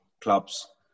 clubs